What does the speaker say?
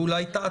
והיא אולי טעתה,